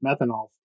methanol